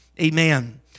Amen